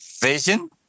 vision